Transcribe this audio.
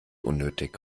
unnötig